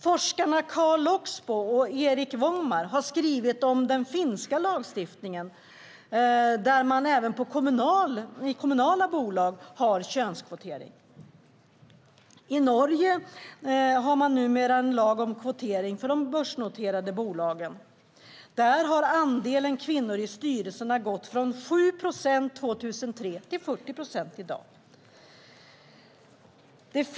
Forskarna Karl Loxbo och Erik Wångmar har skrivit om den finska lagstiftningen där man även i kommunala bolag har könskvotering. I Norge har man numera en lag om kvotering för de börsnoterade bolagen. Där har andelen kvinnor i styrelserna gått från 7 procent 2003 till 40 procent i dag.